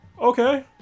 Okay